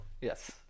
Yes